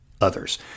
others